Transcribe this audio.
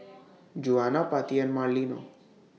Juana Patti and Marlena